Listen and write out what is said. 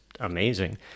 Amazing